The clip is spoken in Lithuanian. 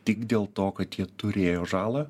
tik dėl to kad jie turėjo žalą